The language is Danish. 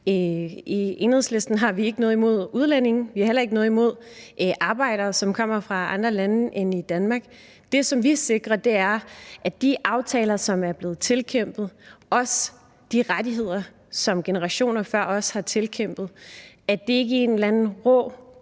i Enhedslisten ikke har noget imod udlændinge. Vi har heller ikke noget imod arbejdere, som kommer fra andre lande end Danmark. Det, som vi sikrer, er, at de aftaler, som man har kæmpet sig til, også de rettigheder, som generationer før os har kæmpet sig til, ikke i en eller anden rå,